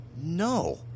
No